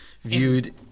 viewed